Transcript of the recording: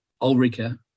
Ulrika